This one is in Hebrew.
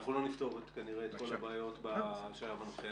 אנחנו כנראה לא נפתור את כל הבעיות בשלב הנוכחי.